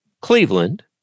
Cleveland